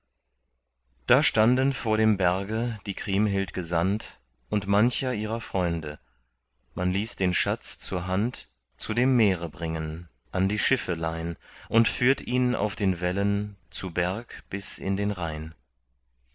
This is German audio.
da standen vor dem berge die kriemhild gesandt und mancher ihrer freunde man ließ den schatz zur hand zu dem meere bringen an die schiffelein und führt ihn auf den wellen zu berg bis in den rhein